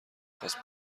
خواست